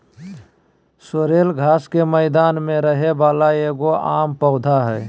sorrel घास के मैदान में रहे वाला एगो आम पौधा हइ